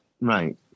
Right